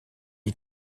die